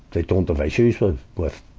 they don't have issues with, with,